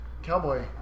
cowboy